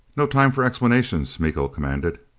no time for explanations, miko commanded.